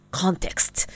context